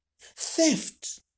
theft